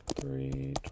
Three